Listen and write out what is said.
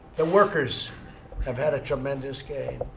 the workers have had a tremendous gain.